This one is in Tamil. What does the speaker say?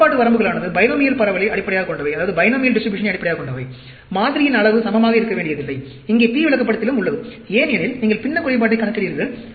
கட்டுப்பாடு வரம்புகளானது பைனாமியல் பரவலை அடிப்படையாகக் கொண்டவை மாதிரியின் அளவு சமமாக இருக்க வேண்டியதில்லை இங்கே P விளக்கப்படத்திலும் உள்ளது ஏனெனில் நீங்கள் பின்னக் குறைபாட்டைக் கணக்கிடுகிறீர்கள்